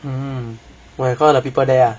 mm where all the people there ah